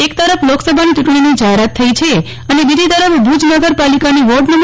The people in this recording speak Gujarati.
એક તરફ લોકસભાની ચૂંટણીની જાફેરાત થઈ ગઈ છે અને બીજી તરફ ભુજ નગરપાલિકાની વોર્ડ નં